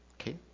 Okay